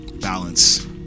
balance